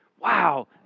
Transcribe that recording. wow